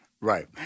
Right